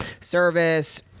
Service